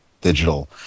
digital